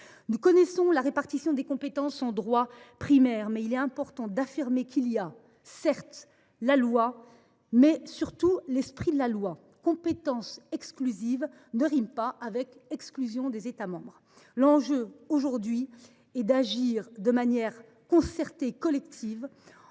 Nous connaissons la répartition des compétences en droit primaire, mais il est important d’affirmer qu’il y a, certes, la loi, mais, surtout, l’esprit de la loi. Compétence exclusive ne rime pas avec exclusion des États membres. L’enjeu aujourd’hui est d’agir de manière concertée et collective